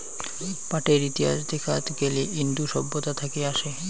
পাটের ইতিহাস দেখাত গেলি ইন্দু সভ্যতা থাকি আসে